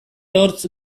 hortz